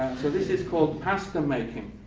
so this is called pasta-making.